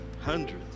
Hundreds